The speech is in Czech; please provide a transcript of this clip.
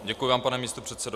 Děkuji vám, pane místopředsedo.